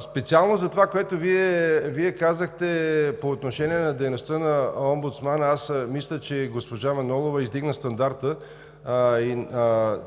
Специално за това, което Вие казахте по отношение на дейността на омбудсмана, аз мисля, че госпожа Манолова вдигна стандарта.